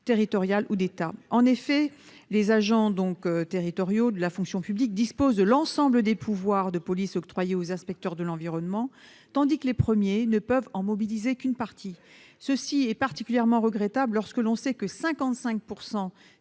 territoriale ou d'État. En effet, les seconds disposent de l'ensemble des pouvoirs de police octroyés aux inspecteurs de l'environnement tandis que les premiers ne peuvent en mobiliser qu'une partie. Cela est particulièrement regrettable lorsque l'on sait que 55